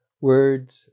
Words